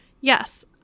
yes